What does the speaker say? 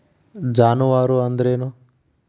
ಜಾನುವಾರು ಅಂದ್ರೇನು?